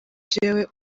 jewe